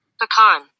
pecan